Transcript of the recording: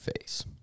face